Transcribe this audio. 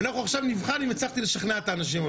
ועכשיו נבחן אם הצלחתי לשנכנע את האנשים.